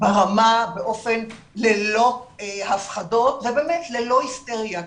ללא הפחדות וללא היסטריה.